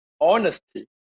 honesty